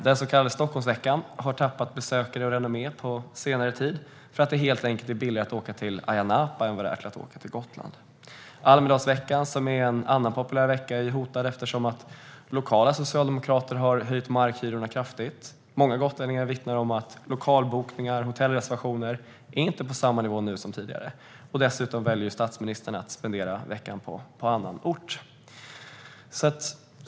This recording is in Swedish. Den så kallade Stockholmsveckan har tappat besökare och renommé på senare tid, helt enkelt för att det är billigare att åka till Ayia Napa än till Gotland. Almedalsveckan, som är en annan populär vecka, är hotad eftersom lokala socialdemokrater har höjt markhyrorna kraftigt. Många gotlänningar vittnar om att lokalbokningar och hotellreservationer inte ligger på samma nivå nu som tidigare, och dessutom väljer ju statsministern att tillbringa veckan på annan ort.